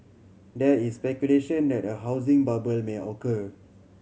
there is speculation that a housing bubble may occur